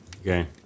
Okay